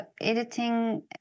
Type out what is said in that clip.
editing